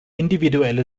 individuelle